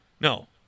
No